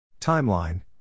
Timeline